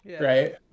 right